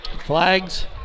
Flags